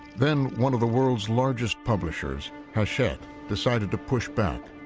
then, one of the world's largest publishers, hachette, decided to push back.